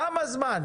כמה זמן?